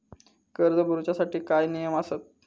कर्ज भरूच्या साठी काय नियम आसत?